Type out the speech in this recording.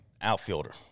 outfielder